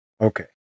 Okay